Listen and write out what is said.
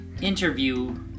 interview-